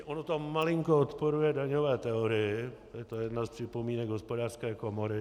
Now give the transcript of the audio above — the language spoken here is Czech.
Ono to malinko odporuje daňové teorii, je to jedna z připomínek Hospodářské komory.